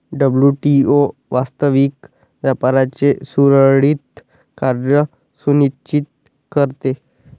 WTO वास्तविक व्यापाराचे सुरळीत कार्य सुनिश्चित करते